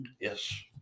Yes